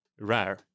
rare